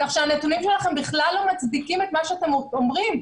כך שהנתונים שלכם בכלל לא מצדיקים את מה שאתם אומרים,